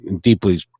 deeply